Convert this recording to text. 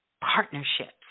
partnerships